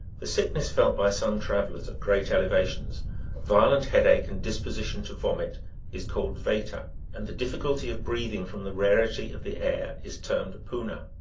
the sickness felt by some travelers at great elevations violent headache and disposition to vomit is called veta and the difficulty of breathing from the rarity of the air is termed puna.